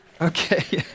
okay